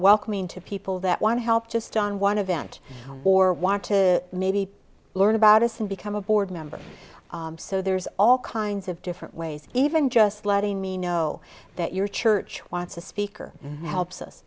welcoming to people that want to help just on one a vent or want to maybe learn about us and become a board member so there's all kinds of different ways even just letting me know that your church wants a speaker helps us